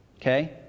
okay